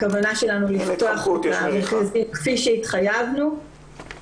הכוונה שלנו לפתוח את המרכזים כפי שהתחייבנו --- אין התחמקות,